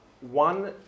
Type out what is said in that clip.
One